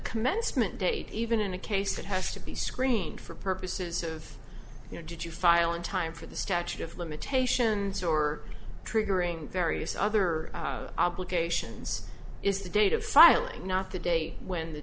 commencement date even in a case that has to be screened for purposes of you know did you file in time for the statute of limitations or triggering various other obligations is the date of filing not the day when the